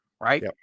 Right